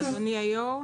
אדוני היו"ר.